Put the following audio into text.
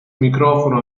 microfono